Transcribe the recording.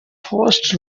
first